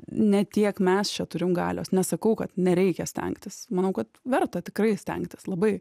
ne tiek mes čia turim galios nesakau kad nereikia stengtis manau kad verta tikrai stengtis labai